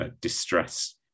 distress